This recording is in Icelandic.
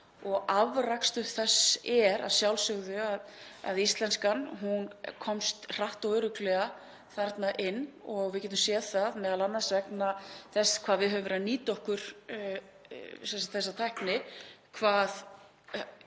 og afrakstur þess er að sjálfsögðu sá að íslenskan komst hratt og örugglega þarna inn. Við getum séð það, m.a. vegna þess að við höfum verið að nýta okkur þessa tækni, hvað